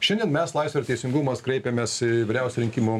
šiandien mes laisvė ir teisingumas kreipėmės į vyriausią rinkimų